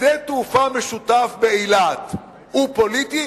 שדה-תעופה משותף באילת הוא פוליטי?